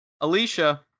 Alicia